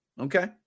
Okay